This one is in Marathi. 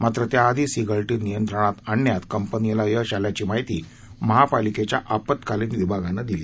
मात्र त्याआधीच ही गळती नियंत्रणात आणण्यात कंपनीला यश आल्याची माहिती महापालिकेच्या आपत्कालीन विभागाने दिली